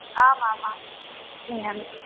आमामाम् आनयामि